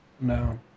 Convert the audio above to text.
No